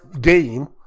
game